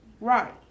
Right